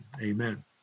Amen